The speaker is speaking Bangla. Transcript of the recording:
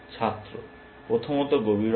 ছাত্র প্রথমত গভীরতা